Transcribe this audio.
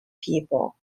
people